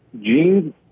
Gene